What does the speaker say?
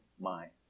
Minds